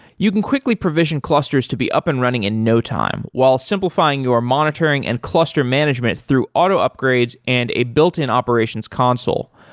you can quickly provision clusters to be up and running in no time while simplifying your monitoring and cluster management through auto upgrades and a built-in operations console.